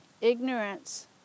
ignorance